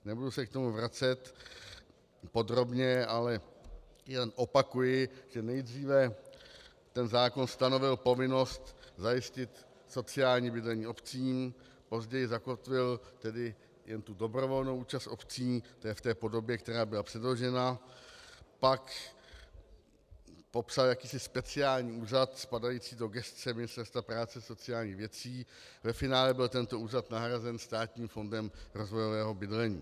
Nebudu se k tomu vracet podrobně, ale jen opakuji, že nejdříve ten zákon stanovil povinnost zajistit sociální bydlení obcím, později zakotvil dobrovolnou účast obcí v té podobě, která byla předložena, pak popsal jakýsi speciální úřad spadající do gesce Ministerstva práce a sociálních věcí, ve finále byl tento úřad nahrazen Státním fondem rozvojového bydlení.